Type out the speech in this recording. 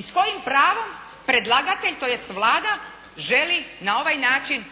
I s kojim pravom predlagatelj, tj. Vlada želi na ovaj način